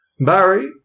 Barry